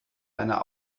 einer